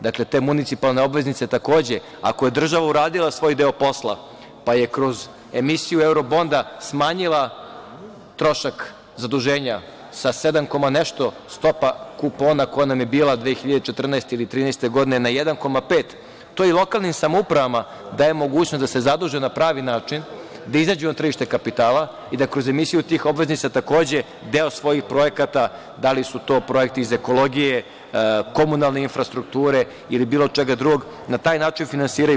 Dakle, te municipalne obveznice, takođe, ako je država uradila svoj deo posla, pa je kroz emisiju eurobonda smanjila trošak zaduženja sa sedam koma nešto, stopa kupona koja nam je bila 2014. ili 2013. godine na 1,5%, to i lokalnim samoupravama daje mogućnost da se zaduže na pravi način, da izađu na tržište kapitala i da kroz emisiju tih obveznica deo svojih projekata, da li su to projekti iz ekologije, komunalne infrastrukture ili bilo čega drugog, na taj način finansiraju.